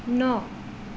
ন